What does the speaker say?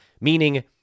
Meaning